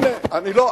הנה, לא.